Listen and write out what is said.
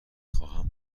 خواهم